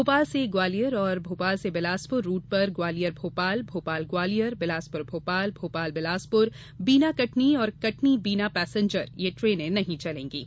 भोपाल से ग्वालियर और भोपाल से विलासपुर रूट पर ग्वालियर भोपाल भोपाल ग्वालियर बिलासपुर भोपाल भोपाल बिलासपुर बीना कटनी और कटनी बीना पैसेंजर ये ट्रेने नहीं चलेगीं